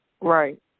right